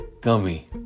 gummy